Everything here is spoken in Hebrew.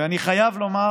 ואני חייב לומר